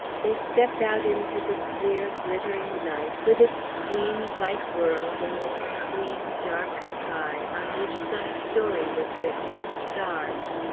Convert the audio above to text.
they stepped out into the clear, glittering night, with its clean, white world, and its clean, dark sky on which some story was written in stars.